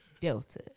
Delta